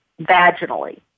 vaginally